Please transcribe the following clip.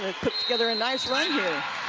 put together a nice run